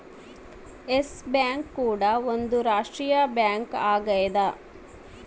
S Bank ಕೂಡ ಒಂದ್ ರಾಷ್ಟ್ರೀಯ ಬ್ಯಾಂಕ್ ಆಗ್ಯದ